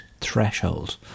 threshold